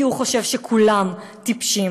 כי הוא חושב שכולם טיפשים.